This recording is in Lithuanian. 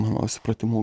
mano supratimu